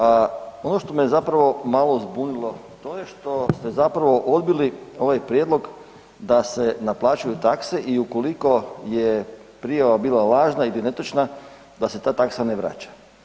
A ono što me zapravo malo zbunilo, to je što ste zapravo odbili ovaj prijedlog da se naplaćuju takse i ukoliko je bila važna ili netočna, da se ta taksa na vraća.